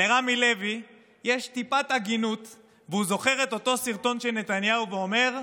לרמי לוי יש טיפת הגינות והוא זוכר את אותו סרטון של נתניהו ואומר: